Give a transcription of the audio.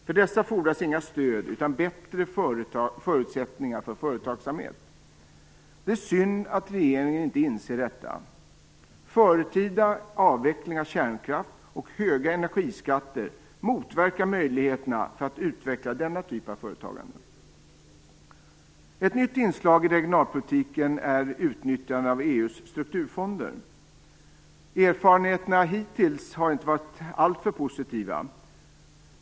För dessa fordras inget stöd utan bättre förutsättningar för företagsamhet. Det är synd att regeringen inte inser detta. Förtida avveckling av kärnkraft och höga energiskatter motverkar möjligheterna att utveckla denna typ av företagande. Ett nytt inslag i regionalpolitiken är utnyttjandet av EU:s strukturfonder. Erfarenheterna hittills har inte varit alltför positiva.